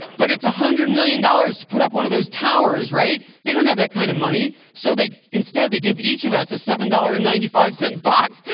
but it's a hundred million dollars to put up one of those towers. right? they don't have that kind of money. so instead they give each of us a seven dollar and ninety five cent box.